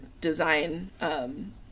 design